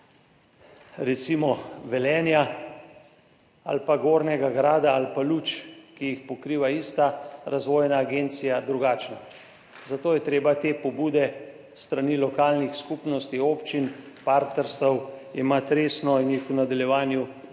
recimo Velenja ali pa Gornjega Grada ali pa Luč, ki jih pokriva ista razvojna agencija, drugačna. Zato je treba te pobude s strani lokalnih skupnosti, občin, partnerstev, jemati resno in jih je v nadaljevanju